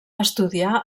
estudiar